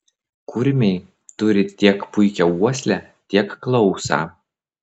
kurmiai turi tiek puikią uoslę tiek klausą